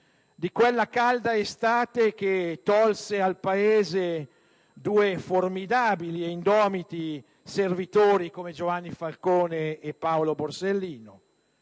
quella calda estate che tolse al Paese due formidabili e indomiti servitori, come appunto Giovanni Falcone e Paolo Borsellino.